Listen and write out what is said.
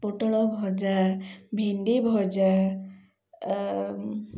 ପୋଟଳ ଭଜା ଭେଣ୍ଡି ଭଜା